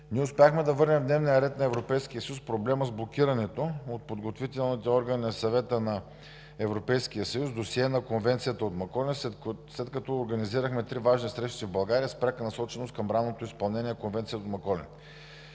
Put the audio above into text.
Ние успяхме да върнем в дневния ред на Европейския съюз проблема с блокираното от подготвителните органи на Съвета на Европейския съюз досие на Конвенцията от Маколин, след като организирахме три важни срещи в България с пряка насоченост към ранното изпълнение на Конвенцията от Маколин.